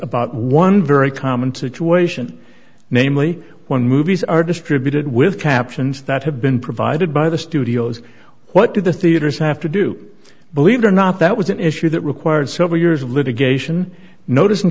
about one very common situation namely one movies are distributed with captions that have been provided by the studios what do the theaters have to do believe it or not that was an issue that required several years of litigation notic